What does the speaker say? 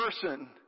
person